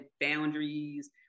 boundaries